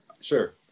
Sure